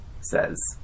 says